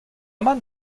mat